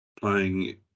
playing